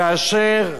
כאשר